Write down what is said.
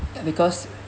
because